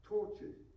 tortured